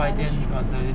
that is true